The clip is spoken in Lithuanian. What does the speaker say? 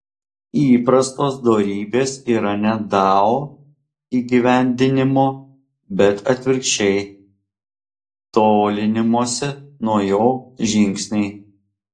įprastos dorybės yra ne dao įgyvendinimo bet atvirkščiai tolinimosi nuo jo žingsniai